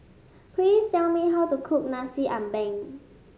please tell me how to cook Nasi Ambeng